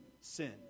sin